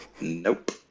nope